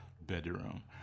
bedroom